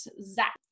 Zach